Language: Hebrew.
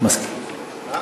אנחנו